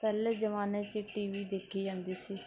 ਪਹਿਲੇ ਜ਼ਮਾਨੇ 'ਚ ਟੀਵੀ ਦੇਖੇ ਜਾਂਦੇ ਸੀ